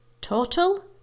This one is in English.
total